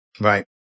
Right